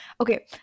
Okay